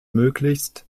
möglichst